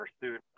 pursuit